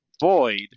Void